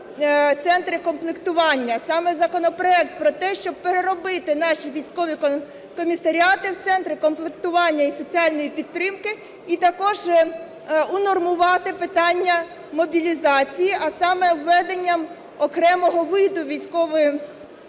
центри комплектування. Саме законопроект про те, щоб переробити наші військові комісаріати в центри комплектування і соціальної підтримки, і також унормувати питання мобілізації, а саме введенням окремого виду військової служби.